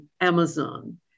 Amazon